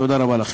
תודה רבה לכם.